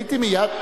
הייתי מייד,